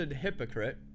hypocrite